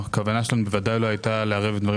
הכוונה שלנו בוודאי לא הייתה לערב דברים